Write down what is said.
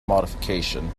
modification